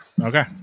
Okay